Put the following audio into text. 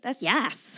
Yes